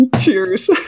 Cheers